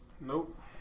Nope